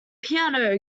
piano